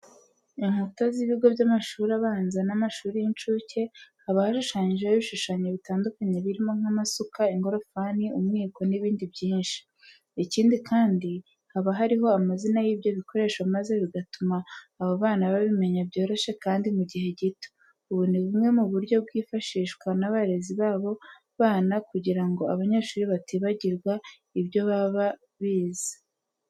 Inkuta z'ibigo by'amashuri abanza n'amashuri y'incuke, haba hashushanyijeho ibishushanyo bitandukanye birimo nk'amasuka, ingorofani, umwiko n'ibindi byinshi. Ikindi kandi, haba hariho n'amazina y'ibyo bikoresho maze bigatuma abo bana babimenya byoroshye kandi mu gihe gito. Ubu ni bumwe mu buryo bwifashishwa n'abarezi b'abo bana kugira ngo abanyeshuri batibagirwa ibyo baba bize.